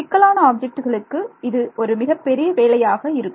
சிக்கலான ஆப்ஜெக்ட்டுகளுக்கு இது ஒரு மிகப்பெரிய வேலையாக இருக்கும்